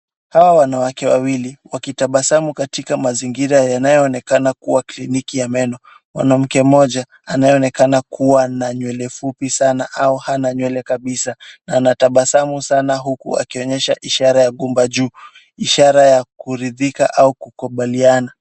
Hawa wanawake wawili wakitabasamu katika mazingira yanayoonekana kuwa kliniki ya meno. Mwanamke mmoja anayeoonekana kuwa na nywele fupi sana au hana nywele kabisa. Anatabasamu sana huku akionyesha ishara ya gumba juu. Ishara ya kuridhika au kukibaliana.